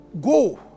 Go